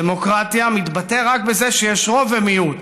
דמוקרטיה, מתבטא רק בזה שיש רוב ומיעוט.